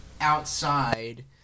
outside